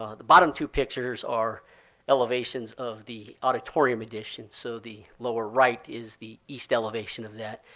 the bottom two pictures are elevations of the auditorium addition. so the lower right is the east elevation of that.